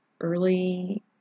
early